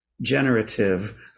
generative